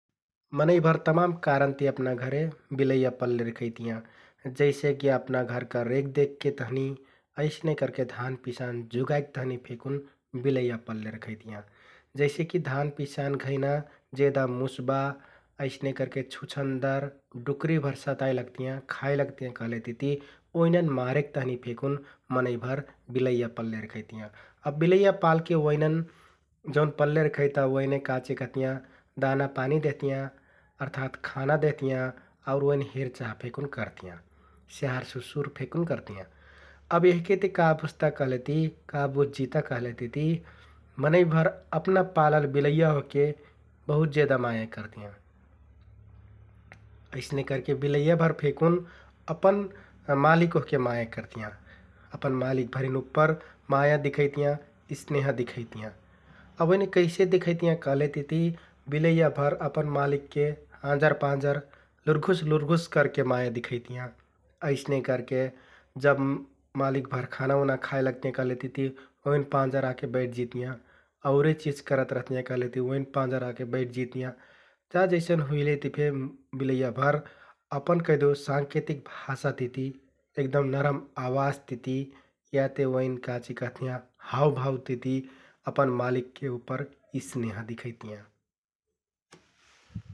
मनैंभर तमान कारणति अपना घरे बिलैया पल्ले रखैतियाँ । जैसेकि अपना घरका रेखदेखके तहनि अइसने करके धान, पिसान जुगाइक तहनि फेकुन बिलैया पल्ले रखैतियाँ । जैसेकि धान, पिसान घैंना जेदा मुस्बा, अइसने करके छुछन्दर, डुक्रिभर सताइ लगतियाँ, खाइ लगतियाँ कहलेति ओइनन मारेक तहनि फेकुन मनैंभर बिलैया पल्ले रखैतियाँ । अब बिलैया पालके ओइनन जौन पल्ले रखैता ओइने काचिकहतियाँ दाना पानि देहतियाँ अर्थात खाना देहतियाँ आउ ओइन हेरचाह फेकुन करतियाँ, स्याहार, सुसुर फेकुन करतियाँ । अब एहके ति का बुझ्ता-का बुझजिता कहलेतिति मनैंभर अपना पालल बिलैया ओहके बहुत जेदा माया करतियाँ । अइसने करके बिलैयाभर फेकुन अपन मालिक ओहके माया करतियाँ । अपन मालिकभरिन उप्पर माया दिखैतियाँ, स्‍नेह दिखैतियाँ । अब ओइने कैसे दिखैतियाँ कहलेतिति बिलैयाभर अपना मालिकके आँजर पाँजर लुरघुस लुरघुस करके माया दिखैतियाँ । अइसने करके जब मालिकभर खाना उना खाइ लगतियाँ, कहलेतिति ओइन पाँजर आके बैठजितियाँ, औरे चिज करत रहतियाँ कहलेतिति ओइनन पाँजर आके बैठजितियाँ । जा जइसन हुइलेति फे बिलैयाभर अपन कैहदेउ साँकेतिक भाषा तिति, एगदम नरम आवाज तिति, याते ओइन काचिकहतियाँ हाउभाउ तिति अपन मालिकके उप्पर स्‍नेह दिखैतियाँ ।